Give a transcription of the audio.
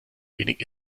wenig